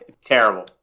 terrible